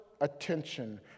attention